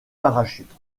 parachute